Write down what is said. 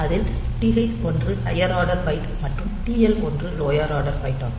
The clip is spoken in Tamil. அதில் TH1 ஹையர் ஆர்டர் பைட் மற்றும் TL1 லோயர் ஆர்டர் பைட் ஆகும்